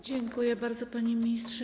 Dziękuję bardzo, panie ministrze.